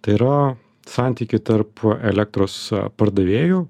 tai yra santykiai tarp elektros pardavėjų